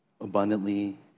abundantly